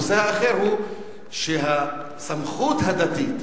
הנושא האחר הוא שהסמכות הדתית